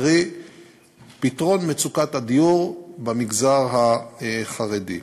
קרי פתרון מצוקת הדיור במגזר החרדי.